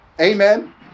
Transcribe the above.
Amen